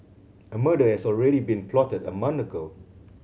a murder had already been plotted a month ago